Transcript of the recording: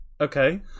Okay